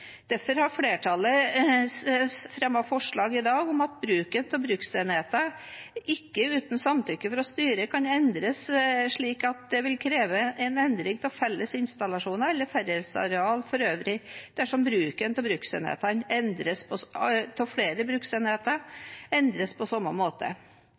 Derfor har flertallet fremmet forslag i dag om at bruken av bruksenheten ikke uten samtykke fra styret kan endres slik at det vil kreve en endring av felles installasjoner eller fellesareal for øvrig dersom bruken av alle bruksenheter endres på